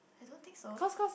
I don't think so